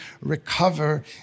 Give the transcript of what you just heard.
recover